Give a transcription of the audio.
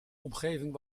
omgeving